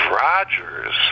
Rogers